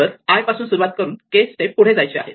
तर i पासून सुरुवात करून k स्टेप पुढे जायचे आहे